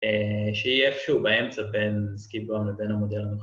שיהיה איפשהו באמצע בין סקי פראם לבין המודל הנוכחי